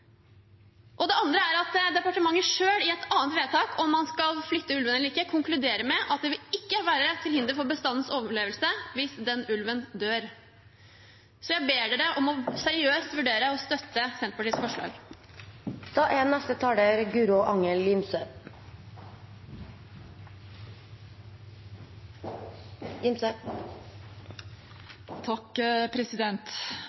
Det andre er at departementet selv, i et annet vedtak, om man skal flytte ulven eller ikke, konkluderer med at det vil ikke være til hinder for bestandens overlevelse hvis den ulven dør. Så jeg ber dere om å seriøst vurdere å støtte Senterpartiets forslag. Dette er